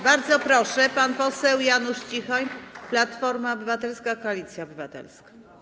Bardzo proszę, pan poseł Janusz Cichoń, Platforma Obywatelska - Koalicja Obywatelska.